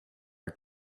are